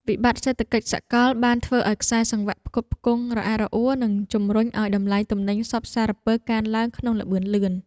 វិបត្តិសេដ្ឋកិច្ចសកលបានធ្វើឱ្យខ្សែសង្វាក់ផ្គត់ផ្គង់រអាក់រអួល និងជំរុញឱ្យតម្លៃទំនិញសព្វសារពើកើនឡើងក្នុងល្បឿនលឿន។